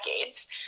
decades